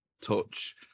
touch